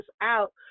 out